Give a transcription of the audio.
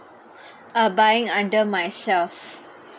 uh buying under myself